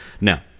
Now